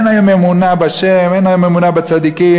אין להם אמונה בה', אין להם אמונה בצדיקים.